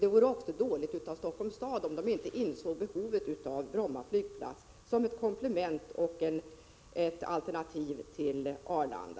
Det vore också dåligt av Helsingforss stad om man inte insåg behovet av Bromma flygplats som ett komplement och ett alternativ till Arlanda.